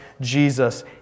Jesus